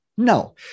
No